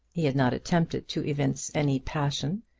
he had not attempted to evince any passion,